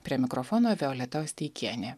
prie mikrofono violeta osteikienė